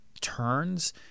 turns